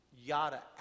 Yada